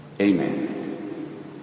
Amen